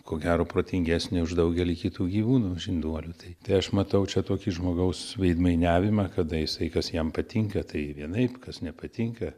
ko gero protingesnė už daugelį kitų gyvūnų žinduolių tai tai aš matau čia tokį žmogaus veidmainiavimą kada jisai kas jam patinka tai vienaip kas nepatinka